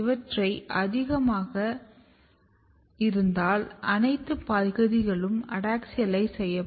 இவற்றை ஆதிக்கம் திகமாக இருந்தால் அனைத்து பகுதிகளும் அடாக்ஸியலைஸ் செய்யப்படும்